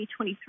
2023